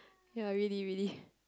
ya really really